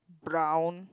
brown